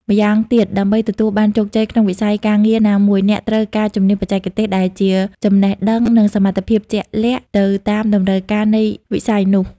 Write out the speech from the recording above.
ម៉្យាងទៀតដើម្បីទទួលបានជោគជ័យក្នុងវិស័យការងារណាមួយ អ្នកត្រូវការ ជំនាញបច្ចេកទេស ដែលជា ចំណេះដឹង និងសមត្ថភាពជាក់លាក់ទៅតាមតម្រូវការនៃវិស័យនោះ។